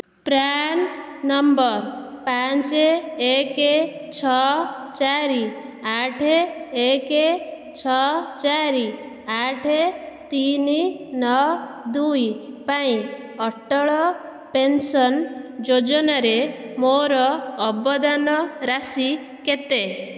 PRAN number ପାଞ୍ଚ ଏକ ଛଅ ଚାରି ଆଠ ଏକ ଛଅ ଚାରି ଆଠ ତିନି ନଅ ଦୁଇ ପାଇଁ ଅଟଳ ପେନ୍ସନ୍ ଯୋଜନାରେ ମୋର ଅବଦାନ ରାଶି କେତେ